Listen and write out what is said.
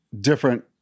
different